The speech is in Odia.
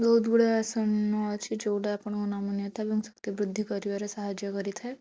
ବହୁତ ଗୁଡ଼ାଏ ଆସନ ଅଛି ଯେଉଁଟା ଆପଣଙ୍କ ନମନୀୟତା ଏବଂ ଶକ୍ତି ବୃଦ୍ଧି କରିବାରେ ସାହାଯ୍ୟ କରିଥାଏ